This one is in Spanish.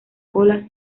cola